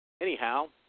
Anyhow